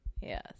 Yes